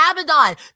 abaddon